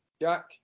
Jack